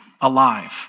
alive